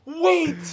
Wait